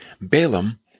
Balaam